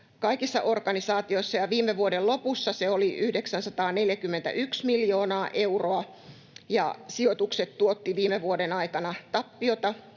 kaikissa organisaatioissa — ja viime vuoden lopussa se oli 941 miljoonaa euroa. Sijoitukset tuottivat viime vuoden aikana tappiota miinus